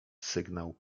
sygnał